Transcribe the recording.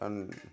আন